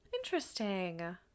Interesting